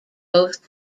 both